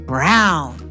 Brown